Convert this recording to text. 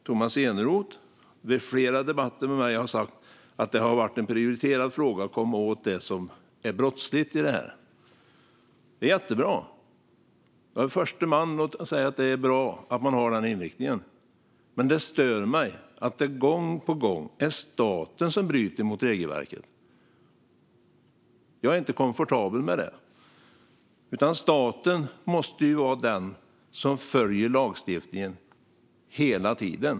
Tomas Eneroth har i flera debatter med mig sagt att det har varit en prioriterad fråga att komma åt det som är brottsligt i detta. Det är jättebra. Jag är den förste att säga att det är bra att man har den inriktningen. Men det stör mig att det gång på gång är staten som bryter mot regelverket. Jag är inte komfortabel med det. Staten måste vara den som följer lagstiftningen hela tiden.